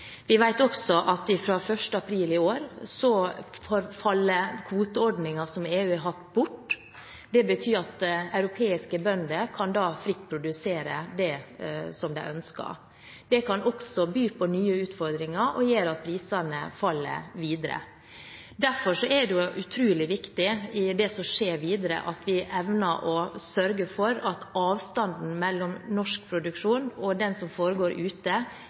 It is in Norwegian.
at fra 1. april i år bortfaller kvoteordningen som EU har hatt. Det betyr at europeiske bønder da fritt kan produsere det som de ønsker. Det kan by på nye utfordringer og gjøre at prisene faller videre. Derfor er det utrolig viktig i det som skjer videre, at vi evner å sørge for at avstanden mellom norsk produksjon og den som foregår ute,